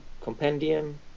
compendium